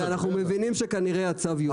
תראה אנחנו מבינים שכנראה הצו יאושר.